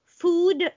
food